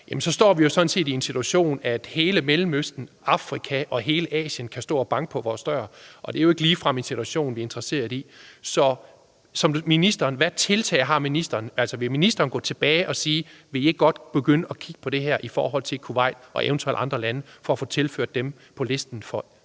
at stå i en situation, hvor folk fra hele Mellemøsten, Afrika og Asien kan stå og banke på vores dør, og det er jo ikke ligefrem en situation, vi er interesseret i. Så hvilke tiltag har ministeren? Vil ministeren gå tilbage og spørge, om man ikke godt vil begynde at kigge på det her i forhold til Kuwait og eventuelt andre lande for at få dem tilført listen over